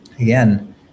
again